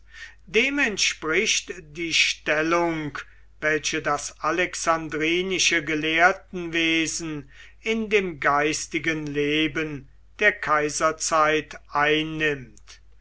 dem entspricht die stellung welche das alexandrinische gelehrtenwesen in dem geistigen leben der kaiserzeit einnimmt